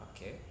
okay